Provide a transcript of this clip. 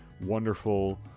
wonderful